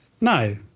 No